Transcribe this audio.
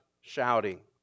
shouting